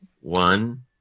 One